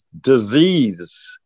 disease